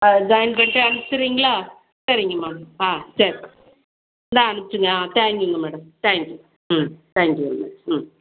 ஆ join பண்ணிகிட்டு அணுச்சுறீங்களா சரிங்கம்மா ஆ சரி இந்தா அமுச்சுங்க ஆ தேங்க்யூங்க மேடம் தேங்க் யூ ம் தேங்க் யூ வெரி மச் ம்